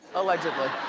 allegedly.